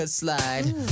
slide